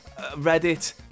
Reddit